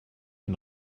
den